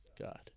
God